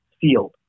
field